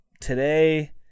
today